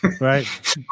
right